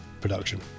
production